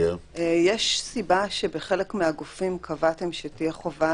יש סיבה שבחלק מהגופים קבעתם שתהיה חובה